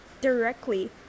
directly